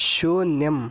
शून्यम्